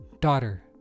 Daughter